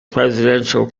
presidential